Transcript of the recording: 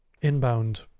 inbound